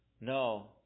No